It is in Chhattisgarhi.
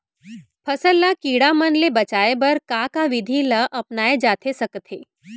फसल ल कीड़ा मन ले बचाये बर का का विधि ल अपनाये जाथे सकथे?